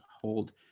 hold